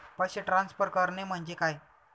पैसे ट्रान्सफर करणे म्हणजे काय?